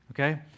Okay